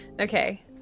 okay